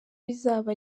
bizaba